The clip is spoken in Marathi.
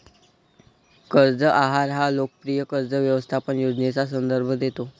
कर्ज आहार हा लोकप्रिय कर्ज व्यवस्थापन योजनेचा संदर्भ देतो